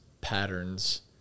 patterns